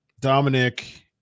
Dominic